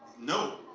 no.